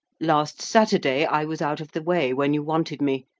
last saturday i was out of the way when you wanted me.